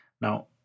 Now